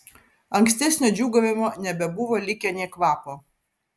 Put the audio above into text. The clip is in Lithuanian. ankstesnio džiūgavimo nebebuvo likę nė kvapo